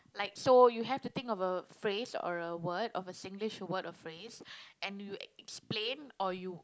like so you have to think of a phrase or a word of a Singlish word or phrase and you explain or you